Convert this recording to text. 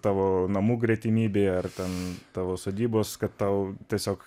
tavo namų gretimybėje ar ten tavo sodybos kad tau tiesiog